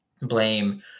blame